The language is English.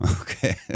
okay